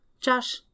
Josh